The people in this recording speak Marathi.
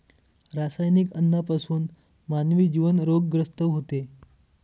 रासायनिक अन्नापासून मानवी जीवन रोगग्रस्त होते